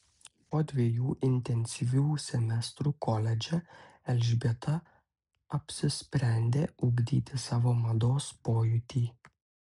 po dviejų intensyvių semestrų koledže elžbieta apsisprendė ugdyti savo mados pojūtį